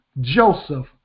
Joseph